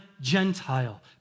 Gentile